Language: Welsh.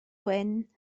gwyn